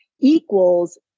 equals